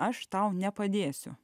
aš tau nepadėsiu